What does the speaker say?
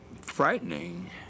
frightening